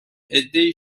عدهای